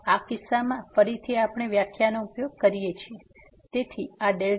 તેથી આ કિસ્સામાં ફરીથી આપણે વ્યાખ્યાનો ઉપયોગ કરીએ છીએ